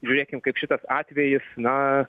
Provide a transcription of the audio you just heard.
žiūrėkim kaip šitas atvejis na